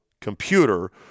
computer